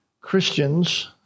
Christians